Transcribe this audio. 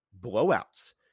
blowouts